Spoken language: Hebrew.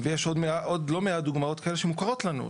יש עוד לא מעט דוגמאות כאלה שמוכרות לנו,